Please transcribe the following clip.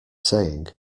saying